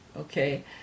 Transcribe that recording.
okay